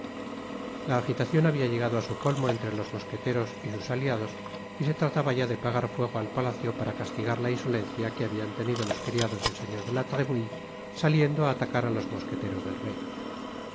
la agitacion habia llegado á su colmo entre los mosqueteros y sus aliados y se trataba ya de pegar fuego al palacio para castigar la insolencia que habian tenido los criados del señor de la tremouille saliendo á atacar á los mosqueteros del rey